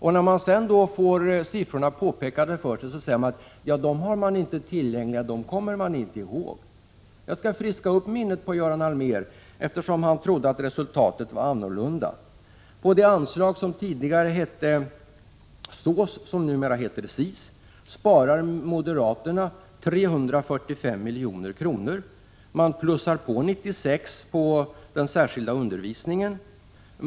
När man sedan får siffrorna påpekade för sig, säger man att dem har man inte tillgängliga, dem kommer man inte ihåg. Jag skall friska upp minnet på Göran Allmér, eftersom han trodde att resultatet var annorlunda. På det anslag som tidigare hette SÅS och som numera heter SIS sparar moderaterna 345 milj.kr. De plussar på 96 miljoner på den särskilda undervisningen.